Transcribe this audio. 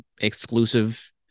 exclusive